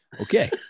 okay